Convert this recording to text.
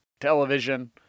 television